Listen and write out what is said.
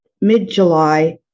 mid-July